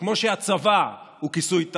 כמו שהצבא הוא כיסוי תחת,